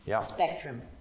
spectrum